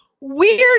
weird